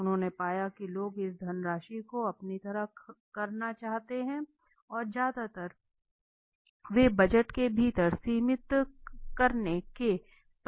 उन्होंने पाया की लोग इस धन राशी को अपनी तरह करना चाहते हैं और ज्यादातर वे बजट के भीतर सीमित करने के प्रयास कर रहे थे